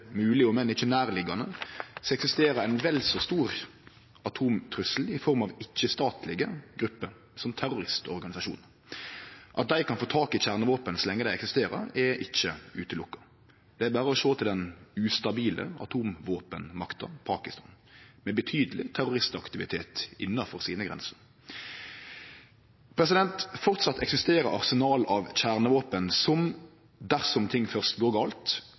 ikkje nærliggjande, eksisterer ein vel så stor atomtrussel i form av ikkje-statlege grupper, som terroristorganisasjonar. At dei kan få tak i kjernevåpen så lenge det eksisterer, er ikkje umogleg. Det er berre å sjå til den ustabile atomvåpenmakta Pakistan, med betydeleg terroristaktivitet innanfor grensene sine. Framleis eksisterer arsenal av kjernevåpen som, dersom ting først går